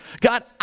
God